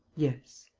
yes.